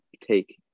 take